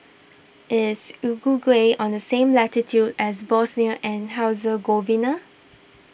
is Uruguay on the same latitude as Bosnia and Herzegovina